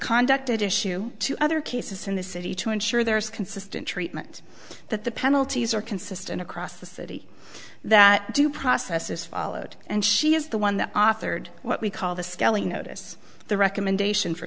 conduct at issue to other cases in the city to ensure there is consistent treatment that the penalties are consistent across the city that due process is followed and she is the one that authored what we call the spelling notice the recommendation for